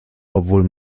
obwohl